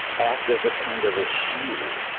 act as a kind of a shield,